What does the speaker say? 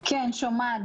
כן, שומעת.